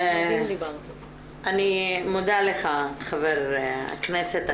אני מודה לך, חבר הכנסת.